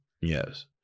yes